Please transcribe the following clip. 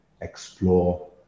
explore